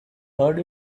heard